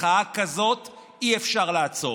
מחאה כזאת אי-אפשר לעצור.